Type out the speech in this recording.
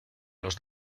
los